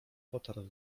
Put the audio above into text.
potarł